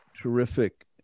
terrific